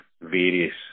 various